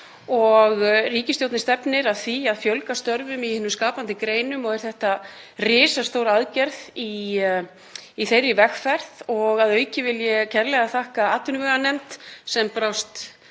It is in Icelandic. Ríkisstjórnin stefnir að því að fjölga störfum í hinum skapandi greinum og er þetta risastór aðgerð í þeirri vegferð. Að auki vil ég kærlega þakka atvinnuveganefnd sem brást